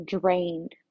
drained